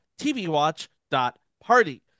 TVWatch.party